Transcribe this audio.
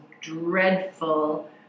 dreadful